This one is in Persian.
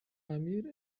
امیر